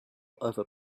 over